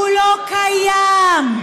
תגידי לנו במה, הוא לא קיים.